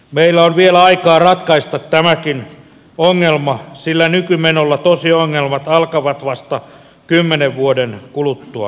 meillä on vielä aikaa ratkaista tämäkin ongelma sillä nykymenolla tosiongelmat alkavat vasta kymmenen vuoden kuluttua